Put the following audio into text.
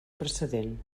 precedent